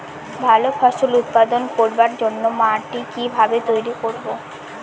ভালো ফসল উৎপাদন করবার জন্য মাটি কি ভাবে তৈরী করব?